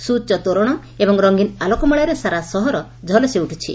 ସୁଉଚ ତୋରଣ ଏବଂ ରଙ୍ଙୀନ ଆଲୋକମାଳାରେ ସାରା ସହର ଝଲସି ଉଠୁଛି